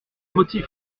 motifs